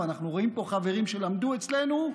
ואנחנו רואים פה חברים שלמדו אצלנו,